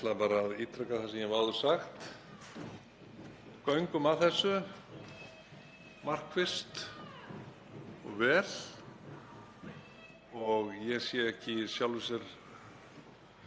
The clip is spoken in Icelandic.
bara að ítreka það sem ég hef áður sagt: Göngum að þessu markvisst og vel. Ég sé ekki í sjálfu sér